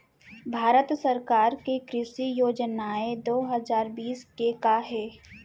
भारत सरकार के कृषि योजनाएं दो हजार बीस के का हे?